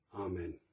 Amen